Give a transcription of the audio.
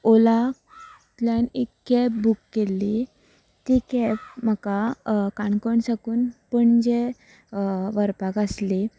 ओलांतल्यान एक कॅब वूक केल्ली ती कॅब म्हाका काणकोण साकून पणजे व्हरपाक आसली